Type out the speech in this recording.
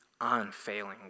unfailing